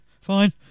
fine